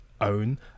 own